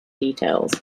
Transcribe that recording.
details